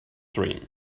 dream